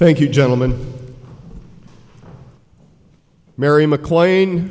thank you gentlemen merry mclean